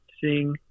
sing